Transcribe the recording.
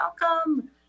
Welcome